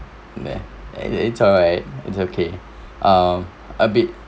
uh it's it's alright it's okay um a bit